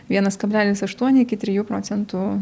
vienas kablelis aštuoni iki trijų procentų